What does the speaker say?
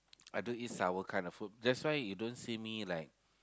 I don't eat sour kind of food that's why you don't see me like